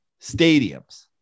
stadiums